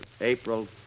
April